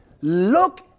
look